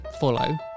Follow